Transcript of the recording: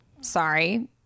Sorry